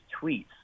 tweets